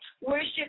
worship